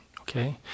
Okay